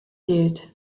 gilt